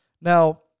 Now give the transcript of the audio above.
Now